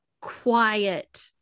quiet